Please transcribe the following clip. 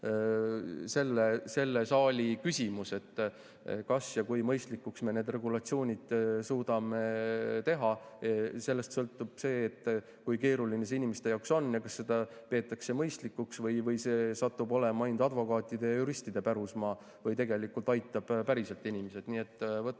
selle saali küsimus, kas ja kui mõistlikuks me need regulatsioonid suudame teha. Sellest sõltub see, kui keeruline see inimeste jaoks on ja kas seda peetakse mõistlikuks, kas see satub olema ainult advokaatide ja juristide pärusmaa või aitab inimesi päriselt. Nii et võtame